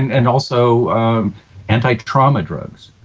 and also anti-trauma drugs.